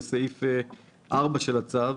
לסעיף 4 של הצו,